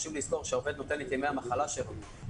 חשוב לזכור שהעובד נותן את ימי המחלה שלו.